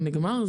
הוא נגמר?